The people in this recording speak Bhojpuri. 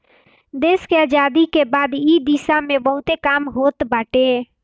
देस के आजादी के बाद से इ दिशा में बहुते काम होत बाटे